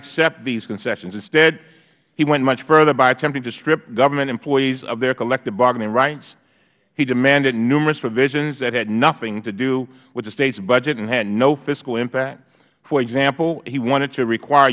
accept these concessions instead he went much further by attempting to strip government employees of their collective bargaining rights he demanded numerous provisions that had nothing to do with the states budget and had no fiscal impact for example he wanted to require